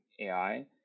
AI